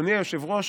אדוני היושב-ראש,